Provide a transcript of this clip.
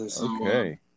Okay